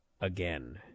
again